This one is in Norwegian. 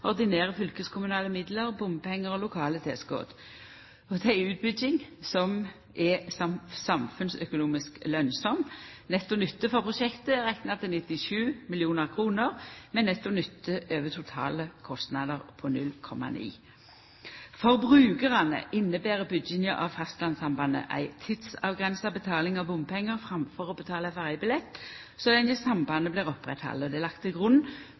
fylkeskommunale midlar, bompengar og lokale tilskot. Det er ei utbygging som er samfunnsøkonomisk lønnsam. Netto nytte for prosjektet er rekna til 97 mill. kr, med netto nytte over totale kostnader på 0,9. For brukarane inneber bygginga av fastlandssambandet ei tidsavgrensa betaling av bompengar framfor å betale ferjebillett så lenge sambandet blir halde oppe. Det er lagt til grunn